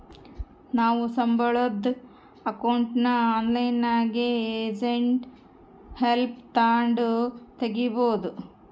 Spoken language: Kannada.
ನಾವು ಸಂಬುಳುದ್ ಅಕೌಂಟ್ನ ಆನ್ಲೈನ್ನಾಗೆ ಏಜೆಂಟ್ ಹೆಲ್ಪ್ ತಾಂಡು ತಗೀಬೋದು